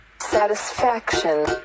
Satisfaction